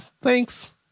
thanks